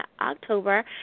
October